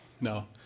no